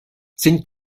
sind